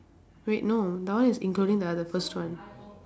wait no now is including the other first one